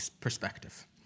perspective